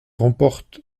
remporte